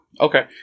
Okay